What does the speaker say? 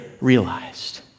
realized